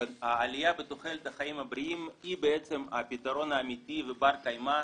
העלייה בתוחלת החיים הבריאים היא בעצם הפתרון האמיתי ובר קיימא